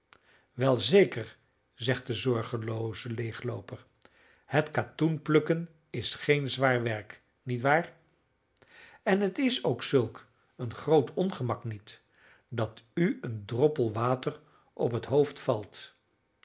wel zeker zegt de zorgelooze leeglooper het katoenplukken is geen zwaar werk niet waar en het is ook zulk een groot ongemak niet dat u een droppel water op het hoofd valt